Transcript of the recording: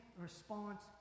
response